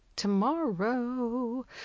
tomorrow